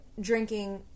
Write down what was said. drinking